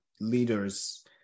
leaders